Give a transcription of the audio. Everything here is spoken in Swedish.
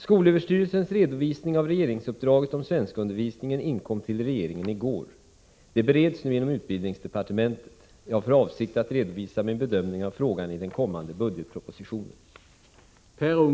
SÖ:s redovisning av regeringsuppdraget om svenskundervisningen inkom till regeringen i går. Det bereds nu inom utbildningsdepartementet. Jag har för avsikt att redovisa min bedömning av frågan i den kommande budgetpropositionen.